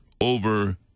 over